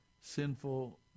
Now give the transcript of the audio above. sinful